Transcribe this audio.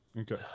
Okay